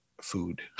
food